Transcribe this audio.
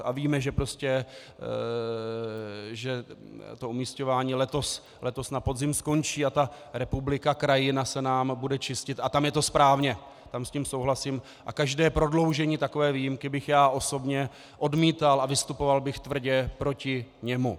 A víme, že to umisťování letos na podzim skončí a republika, krajina se nám bude čistit a tam je to správně, tam s tím souhlasím a každé prodloužení takové výjimky bych já osobně odmítal a vystupoval bych tvrdě proti němu.